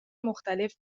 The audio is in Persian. مختلف